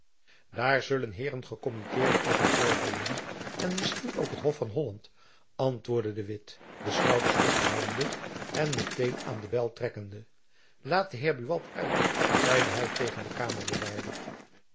daar zullen heeren gekommitteerden over oordeelen en misschien ook het hof van holland antwoordde de witt de schouders ophalende en meteen aan den bel trekkende laat den heer buat uit zeide hy tegen den kamerbewaarder